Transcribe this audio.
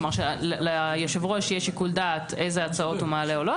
כלומר שליושב-ראש יהיה שיקול דעת איזה הצעות הוא מעלה או לא,